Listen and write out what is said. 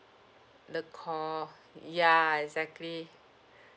the core ya exactly